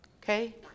okay